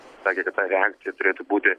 sakė kad ta reakcija turėtų būti